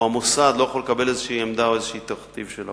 או המוסד לא יכול לקבל איזו עמדה או איזה תכתיב של ההורים.